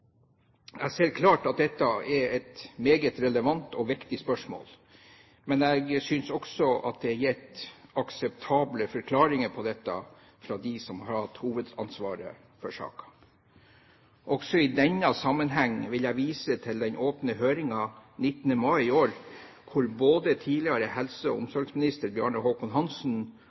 Jeg ser klart at dette er et meget relevant og viktig spørsmål, men jeg synes også at det er gitt akseptable forklaringer på dette fra dem som har hatt hovedansvaret for saken. Også i denne sammenheng vil jeg vise til den åpne høringen 19. mai i år, hvor både tidligere helse- og omsorgsminister Bjarne Håkon